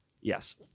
Yes